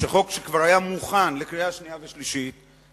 שחוק שכבר היה מוכן לקריאה שנייה ולקריאה שלישית,